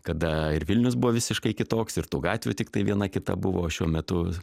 kada ir vilnius buvo visiškai kitoks ir tų gatvių tiktai viena kita buvo šiuo metu